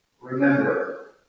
Remember